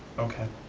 okay.